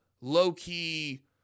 low-key